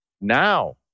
now